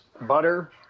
butter